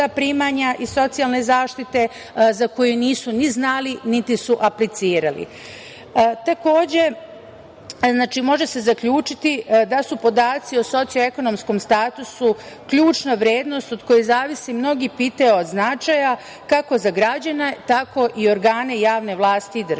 primanja iz socijalne zaštite za koja nisu ni znali, niti su aplicirali. Takođe, može se zaključiti da su podaci o socioekonomskom statusu ključna vrednost od koje zavise mnoga pitanja od značaja kako za građane tako i organe javne vlasti i državu. Mi